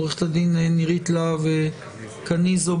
עו"ד נירית להב קניזו,